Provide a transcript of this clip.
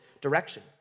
direction